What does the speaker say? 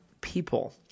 People